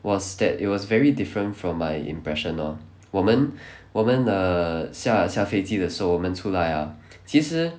was that it was very different from my impression lor 我们我们的下下飞机的时候我们出来 ah 其实